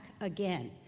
again